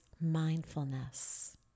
mindfulness